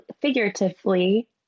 figuratively